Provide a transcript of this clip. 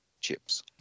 chips